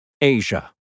Asia